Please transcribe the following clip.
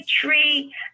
tree